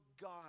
God